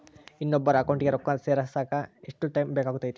ಇನ್ನೊಬ್ಬರ ಅಕೌಂಟಿಗೆ ರೊಕ್ಕ ಸೇರಕ ಎಷ್ಟು ಟೈಮ್ ಬೇಕಾಗುತೈತಿ?